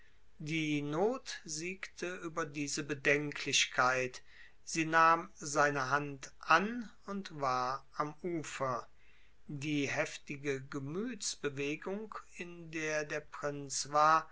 die not siegte über diese bedenklichkeit sie nahm seine hand an und war am ufer die heftige gemütsbewegung in der der prinz war